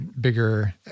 bigger